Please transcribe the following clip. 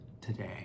today